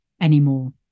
anymore